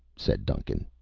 said duncan.